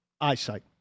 eyesight